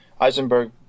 Eisenberg